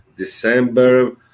December